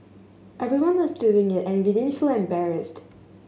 everyone was doing it and we didn't feel embarrassed